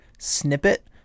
Snippet